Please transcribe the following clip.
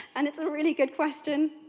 and it's ah really good question.